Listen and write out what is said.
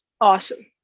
awesome